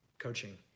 coaching